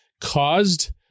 caused